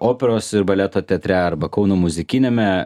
operos ir baleto teatre arba kauno muzikiniame